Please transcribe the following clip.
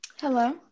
Hello